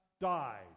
died